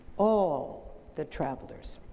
all the travelers.